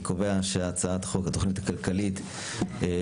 אני קובע שהצעת חוק התכנית הכלכלית התשפ"ג,